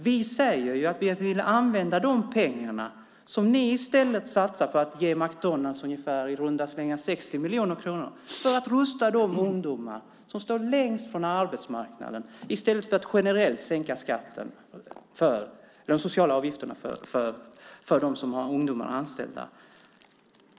Vi säger att vi vill använda de pengar som ni satsar på att ge McDonalds - i runda slängar 60 miljoner kronor - för att rusta de ungdomar som står längst från arbetsmarknaden, i stället för att generellt sänka de sociala avgifterna för dem som har ungdomar anställda.